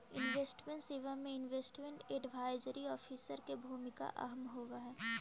investment सेवा में investment advisory officer के भूमिका अहम होवऽ हई